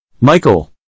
Michael